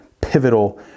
pivotal